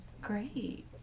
Great